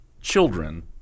children